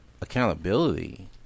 accountability